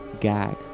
gag